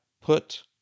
Put